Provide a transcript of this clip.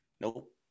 Nope